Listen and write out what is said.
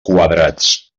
quadrats